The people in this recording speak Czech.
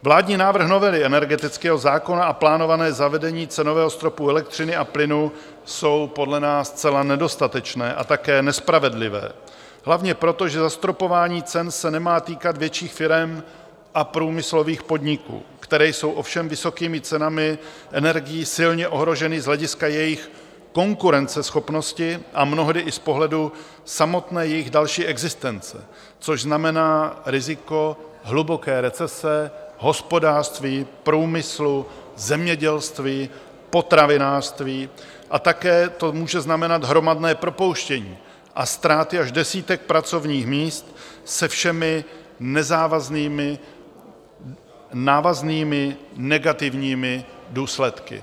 Vládní návrh novely energetického zákona a plánované zavedení cenového stropu elektřiny a plynu jsou podle nás zcela nedostatečné a také nespravedlivé, hlavně proto, že zastropování cen se nemá týkat větších firem a průmyslových podniků, které jsou ovšem vysokými cenami energií silně ohroženy z hlediska jejich konkurenceschopnosti a mnohdy i z pohledu samotné jejich další existence, což znamená riziko hluboké recese hospodářství, průmyslu, zemědělství, potravinářství a také to může znamenat hromadné propouštění a ztráty až desítek pracovních míst se všemi návaznými negativními důsledky.